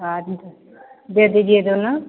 हाँ जी दे दिजीयेगा न